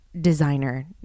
designer